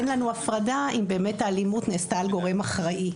אין לנו הפרדה אם באמת האלימות נעשתה על גורם אחראי,